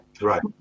Right